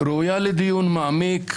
ראויה לדיון מעמיק,